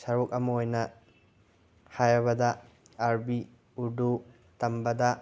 ꯁꯔꯨꯛ ꯑꯃ ꯑꯣꯏꯅ ꯍꯥꯏꯔꯕꯗ ꯑꯥꯔꯕꯤ ꯎꯔꯗꯨ ꯇꯝꯕꯗ